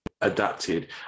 adapted